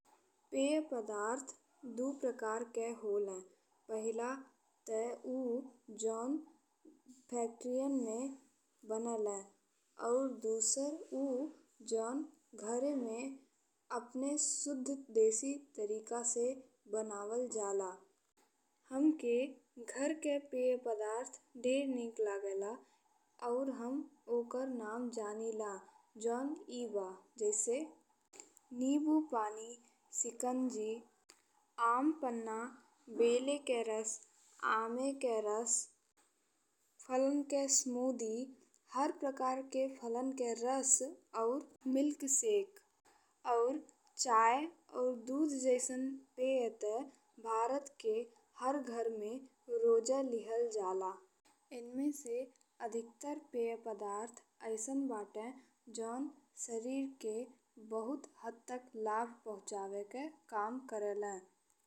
पे पदार्थ दू प्रकार के होले पहिला ते ऊ जौन फैक्ट्रीयन में बनेले अउर दूसरा ऊ जौन घरे में अपने शुद्ध देसी तरीका से बनावल जाला। हमके घर के पे पदार्थ ढेर नीक लागेला अउर हम ओकर नाम जानीला जौन ए बा जैसे नींबू पानी, सिकांजी, आमपन्ना, बेला के रस, आमे के रस, फलन के स्मूदी। हर प्रकार के फलन के रस अउर मिल्क शेक अउर चाय अउर दूध जइसन पे ते भारत के हर घर में रोजे लिहल जाला। इनमें से अधिकतर पे पदार्थ अइसन बाटे जौन सरीर के बहुत हद तक लाभ पहुंचावे के काम करेले।